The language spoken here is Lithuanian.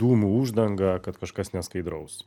dūmų uždanga kad kažkas neskaidraus